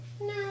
No